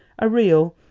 a real,